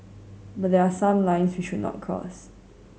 but there are some lines we should not cross